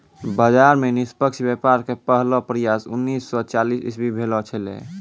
बाजार मे निष्पक्ष व्यापार के पहलो प्रयास उन्नीस सो चालीस इसवी भेलो छेलै